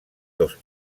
dos